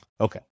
Okay